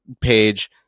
page